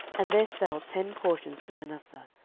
and there fell ten portions to manasseh,